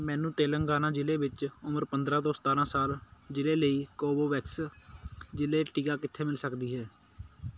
ਮੈਨੂ ਤੇਲੰਗਾਨਾ ਜ਼ਿਲ੍ਹੇ ਵਿੱਚ ਉਮਰ ਪੰਦਰ੍ਹਾਂ ਤੋਂ ਸਤਾਰ੍ਹਾਂ ਸਾਲ ਜ਼ਿਲ੍ਹੇ ਲਈ ਕੋਵੋਵੈਕਸ ਜ਼ਿਲ੍ਹੇ ਟੀਕਾ ਕਿੱਥੇ ਮਿਲ ਸਕਦੀ ਹੈ